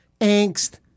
angst